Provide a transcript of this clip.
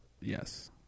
yes